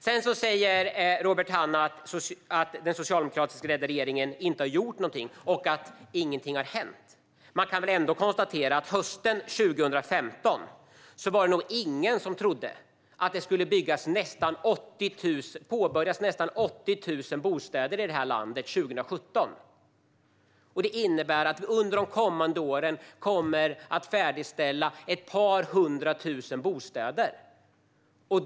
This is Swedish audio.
Robert Hannah säger att den socialdemokratiskt ledda regeringen inte har gjort någonting och att ingenting har hänt. Man kan väl ändå konstatera att hösten 2015 var det nog ingen som trodde att det skulle påbörjas nästan 80 000 bostäder i det här landet 2017. Det innebär att vi under de kommande åren kommer att färdigställa ett par hundra tusen bostäder.